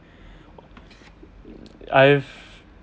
I've